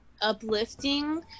uplifting